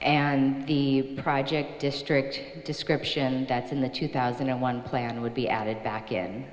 and the project district description that's in the two thousand and one plan would be added back in